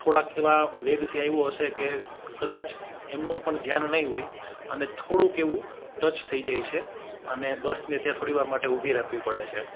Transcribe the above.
થોડાંક એવા વેગથી આવ્યો હશે કે કદાચ એમનું પણ ધ્યાન નહીં હોય અને થોડુંક એવું ટચ થઈ જાય છે અને બસને ત્યાં થોડીવાર માટે ઊભી રાખવી પડે છે